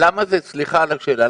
סליחה על השאלה,